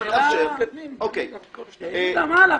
מה הלחץ?